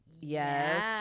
Yes